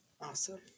Awesome